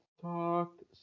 talked